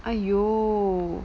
!aiyo!